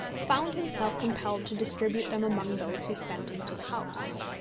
found himself compelled to distribute them among those who sent him to the house.